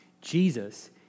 Jesus